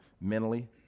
mentally